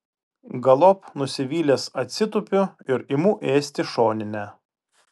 galop nusivylęs atsitupiu ir imu ėsti šoninę